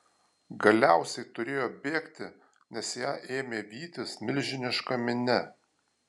galiausiai turėjo bėgti nes ją ėmė vytis milžiniška minia